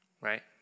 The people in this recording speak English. right